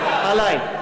עלי.